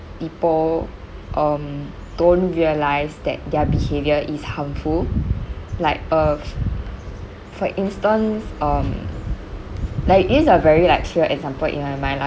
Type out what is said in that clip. people um don't realise that their behaviour is harmful like uh for instance um like it's a very like clear example in my mind lah